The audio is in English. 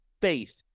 faith